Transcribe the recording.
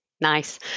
nice